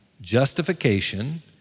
justification